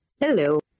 Hello